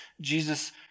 Jesus